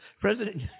President